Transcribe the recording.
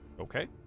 Okay